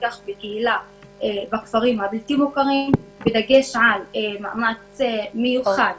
בקהילה בכפרים הבלתי מוכרים בדגש על מאמץ מיוחד